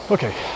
Okay